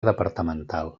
departamental